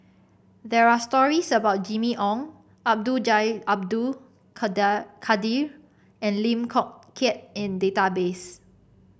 there are stories about Jimmy Ong Abdul Jalil Abdul Kadir and Lim Chong Keat in database